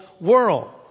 world